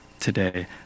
today